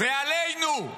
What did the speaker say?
זה עלינו.